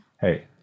Hey